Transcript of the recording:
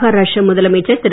மஹாராஷ்டிர முதலமைச்சர் திரு